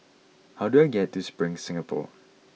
how do I get to Spring Singapore